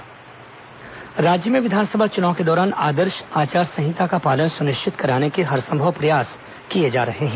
सी vigil app राज्य में विधानसभा चुनाव के दौरान आदर्श आचार संहिता का पालन सुनिश्चित कराने के हरसंभव प्रयास किए जा रहे हैं